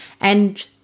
And-